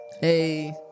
hey